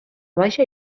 baixa